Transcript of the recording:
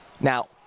Now